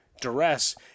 duress